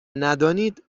ندانید